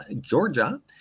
Georgia